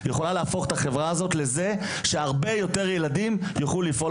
להביא למצב שבו כמה שיותר ילדים יוכלו לקחת